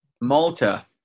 Malta